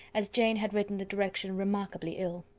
as jane had written the direction remarkably ill.